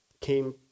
came